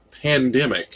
pandemic